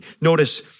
Notice